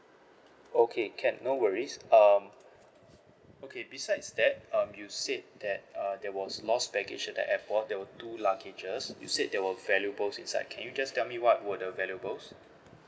okay can no worries um okay besides that um you said that uh there was lost baggage at the airport there were two luggages you said they were valuables inside can you just tell me what were the valuables